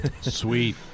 Sweet